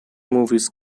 movies